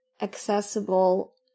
accessible